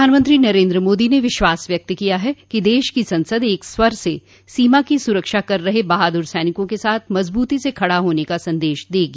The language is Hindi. प्रधानमंत्री नरेन्द्र मोदी ने विश्वास व्यक्त किया है कि देश की संसद एक स्वर से सीमा की सुरक्षा कर रहे बहादुर सैनिकों के साथ मजबूती से खडा होने का संदेश देगी